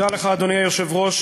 תודה לך אדוני היושב-ראש.